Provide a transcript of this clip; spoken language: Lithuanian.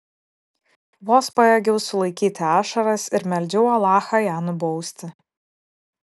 vos pajėgiau sulaikyti ašaras ir meldžiau alachą ją nubausti